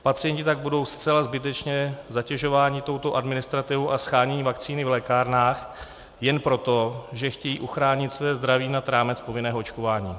Pacienti tak budou zcela zbytečně zatěžováni touto administrativou a sháněním vakcíny v lékárnách jen proto, že chtějí uchránit své zdraví nad rámec povinného očkování.